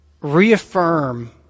reaffirm